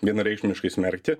vienareikšmiškai smerkti